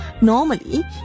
Normally